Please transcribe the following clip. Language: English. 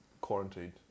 quarantined